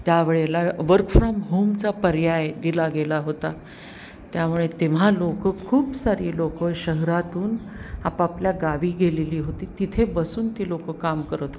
त्यावेळेला work from होमचा पर्याय दिला गेला होता त्यामुळे तेव्हा लोक खूप सारी लोक शहरातून आपापल्या गावी गेलेली होती तिथे बसून ती लोक काम करत होती